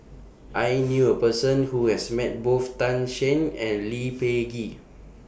I knew A Person Who has Met Both Tan Shen and Lee Peh Gee